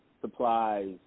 supplies